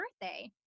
birthday